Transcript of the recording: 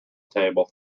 table